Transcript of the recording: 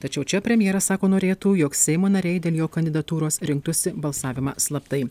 tačiau čia premjeras sako norėtų jog seimo nariai dėl jo kandidatūros rinktųsi balsavimą slaptai